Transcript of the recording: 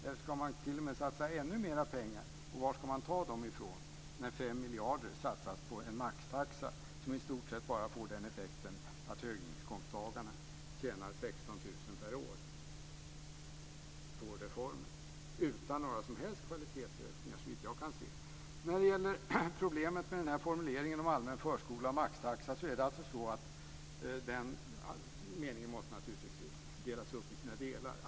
Eller ska de t.o.m. satsa ännu mer pengar och var ska dessa pengar tas ifrån, samtidigt som det satsas 5 miljarder på en maxtaxa, som i stort sett bara får den effekten att höginkomsttagarna tjänar 16 000 kr per år på denna reform utan några som helst kvalitetshöjningar, såvitt jag kan se? När det gäller problemet med formuleringen om allmän förskola och maxtaxa måste meningen naturligtvis delas upp i sina delar.